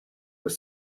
were